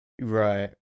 Right